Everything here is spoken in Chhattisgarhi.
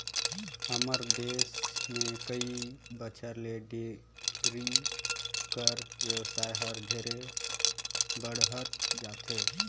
हमर देस में कई बच्छर ले डेयरी कर बेवसाय हर ढेरे बढ़हत जाथे